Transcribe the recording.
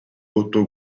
otto